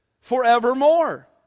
forevermore